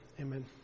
Amen